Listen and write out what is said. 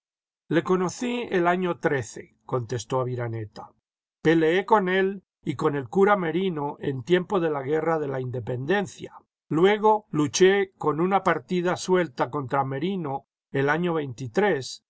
le conocí el año contestó aviraneta peleé con él y con el cura merino en tiempo de la guerra de la independencia luego luché eon una partida suelta contra merino el año